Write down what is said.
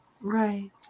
Right